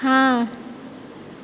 हँ